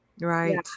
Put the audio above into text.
Right